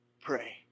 Pray